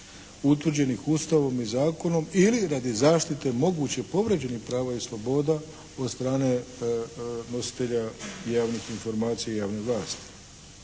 utvrđenih Ustavom i zakonom ili radi zaštite moguće povrijeđenih prava i sloboda od strane nositelja javnih informacija i javne vlasti.